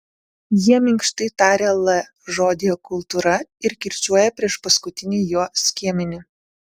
jie minkštai taria l žodyje kultūra ir kirčiuoja priešpaskutinį jo skiemenį